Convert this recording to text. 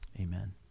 Amen